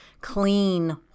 clean